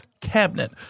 cabinet